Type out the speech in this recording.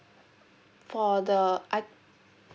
for the I